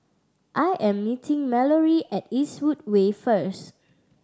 I am meeting Mallorie at Eastwood Way first